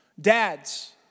Dads